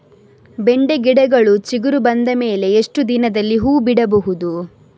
ಬೆಂಡೆ ಗಿಡಗಳು ಚಿಗುರು ಬಂದ ಮೇಲೆ ಎಷ್ಟು ದಿನದಲ್ಲಿ ಹೂ ಬಿಡಬಹುದು?